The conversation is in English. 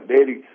Daddy